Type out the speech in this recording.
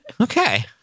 Okay